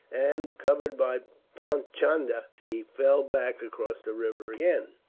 and, covered by paichandah, he fell back across the river again.